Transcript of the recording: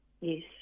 Yes